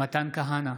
מתן כהנא,